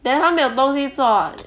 then 她没有东西做